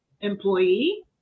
employee